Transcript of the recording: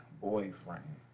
boyfriend